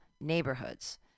neighborhoods